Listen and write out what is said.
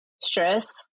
stress